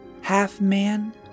half-man